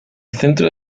centro